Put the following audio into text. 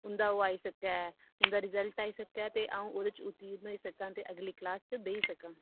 उं'दा ओह् आई सकै उं'दा रिजल्ट आई सकै ते अं'ऊ उं'दे च बी बेही सकां ते अगली क्लास च बी बेही सकां